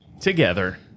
together